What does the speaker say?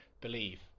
believe